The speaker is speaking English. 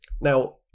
Now